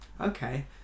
okay